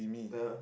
me